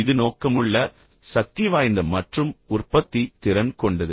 இது நோக்கமுள்ள சக்திவாய்ந்த மற்றும் உற்பத்தி திறன் கொண்டது